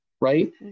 right